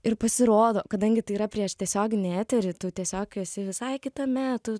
ir pasirodo kadangi tai yra prieš tiesioginį eterį tu tiesiog esi visai kitame tu